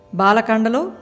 balakandalo